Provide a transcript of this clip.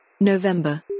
November